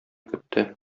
көтте